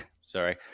Sorry